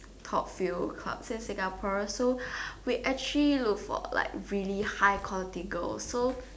top few clubs in Singapore so we actually look for like really high quality girls so